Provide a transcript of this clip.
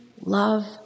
love